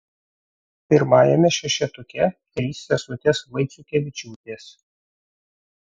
pirmajame šešetuke trys sesutės vaiciukevičiūtės